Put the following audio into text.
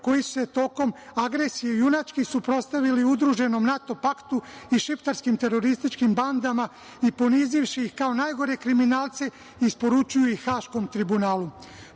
koji su se tokom agresije junački suprotstavljali udruženom NATO paktu i šiptarskim terorističkim bandama i ponizivši ih kao najgore kriminalce i isporučuju ih Haškom tribunalu. Pozivam